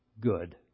good